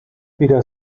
weder